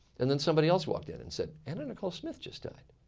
and then somebody else walked in and said, anna nicole smith just died.